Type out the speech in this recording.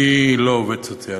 אני לא עובד סוציאלי,